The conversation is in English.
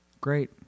Great